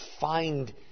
find